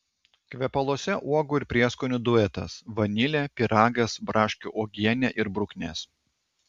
kvepaluose uogų ir prieskonių duetas vanilė pyragas braškių uogienė ir bruknės